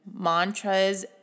mantras